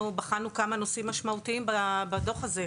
בחנו כמה נושאים משמעותיים בדוח הזה,